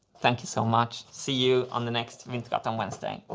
thank you so much. see you on the next wintergatan wednesday.